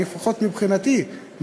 לפחות מבחינתי,